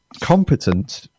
competent